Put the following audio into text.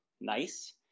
nice